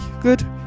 good